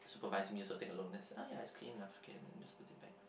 supervise me so take a look then ah ya it's clean enough okay then just put it bach